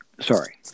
Sorry